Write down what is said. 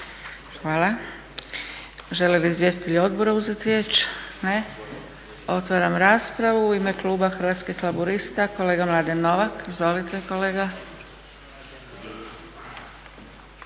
Hvala. Žele li izvjestitelji odbora uzeti riječ? Ne. Otvaram raspravu. U ime kluba Hrvatskih laburista kolega Mladen Novak. Izvolite kolega.